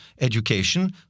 education